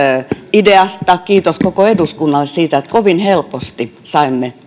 ideasta kiitos koko eduskunnalle siitä että kovin helposti saimme